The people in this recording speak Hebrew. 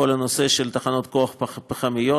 כל הנושא של תחנות כוח פחמיות,